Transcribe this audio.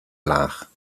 laag